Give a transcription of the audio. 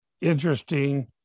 interesting